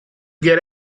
get